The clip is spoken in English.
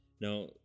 Now